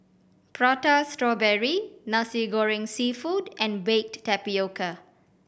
Prata Strawberry Nasi Goreng Seafood and baked tapioca